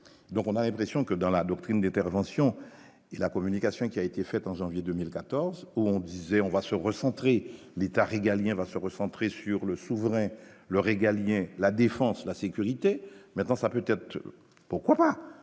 donc on a impression que dans la doctrine d'intervention, la communication qui a été faite en janvier 2014 où on disait on va se recentrer l'État régalien va se recentrer sur le souverain le régalien, la défense, la sécurité, maintenant ça peut-être pourquoi dans